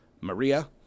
Maria